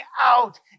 out